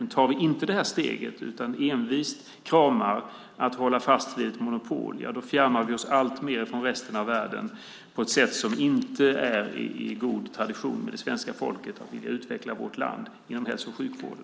Men tar vi inte det här steget utan envist kramar och håller fast vid ett monopol fjärmar vi oss alltmer från resten av världen på ett sätt som inte är en god tradition när det gäller svenska folkets vilja att utveckla vårt land inom hälso och sjukvården.